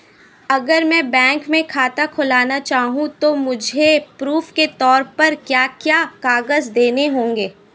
अगर मैं बैंक में खाता खुलाना चाहूं तो मुझे प्रूफ़ के तौर पर क्या क्या कागज़ देने होंगे?